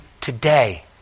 today